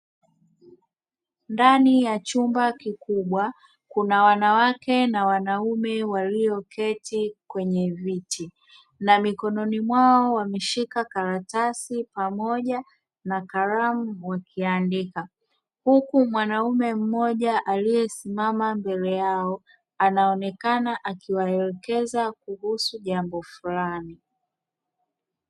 Ndani ya chumba kikubwa kuna wanawake na wanaume walioketi kwenye viti na mikononi mwao wameshika karatasi pamoja na kalamu wakiandika, huku mwanaume mmoja aliyesimama mbele yao anaonekana akiwaelekeza kuhusu jambo fulani.